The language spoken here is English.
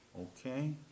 Okay